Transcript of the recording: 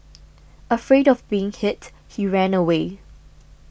afraid of being hit he ran away